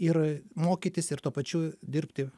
ir mokytis ir tuo pačiu dirbti